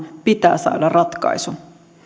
pitää saada ratkaisu